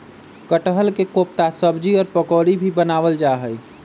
कटहल के कोफ्ता सब्जी और पकौड़ी भी बनावल जा हई